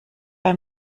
bei